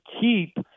keep